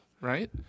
right